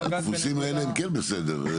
הדפוסים האלה הם כן בסדר.